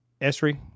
Esri